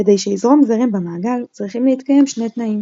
כדי שיזרום זרם במעגל צריכים להתקיים שני תנאים